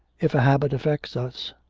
if a habit affects us,